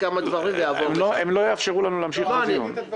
אם אני אשווה את זה